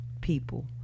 people